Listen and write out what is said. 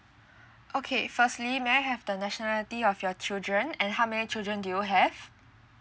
okay firstly may I have the nationality of your children and how many children do you have